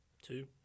Two